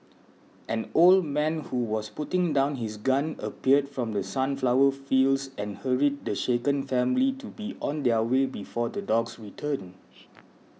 an old man who was putting down his gun appeared from the sunflower fields and hurried the shaken family to be on their way before the dogs return